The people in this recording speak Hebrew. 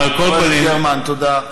חברת הכנסת גרמן, תודה.